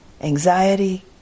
Anxiety